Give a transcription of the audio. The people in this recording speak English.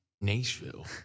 Nashville